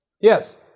Yes